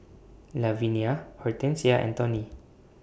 Lavinia Hortensia and Tawny